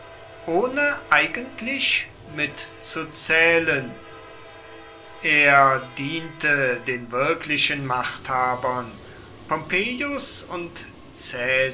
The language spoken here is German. ohne eigentlich mitzuzählen er diente den wirklichen machthabern pompeius und